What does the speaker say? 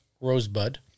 rosebud